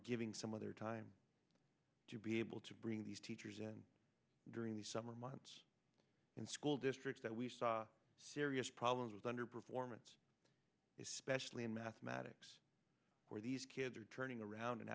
giving some other time to be able to bring these teachers in during the summer months in school districts that we saw serious problems with under performance especially in mathematics where these kids are turning around and